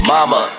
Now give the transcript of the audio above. Mama